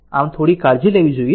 આમ થોડી કાળજી લેવી જોઈએ